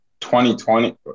2020